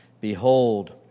Behold